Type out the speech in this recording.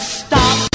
stop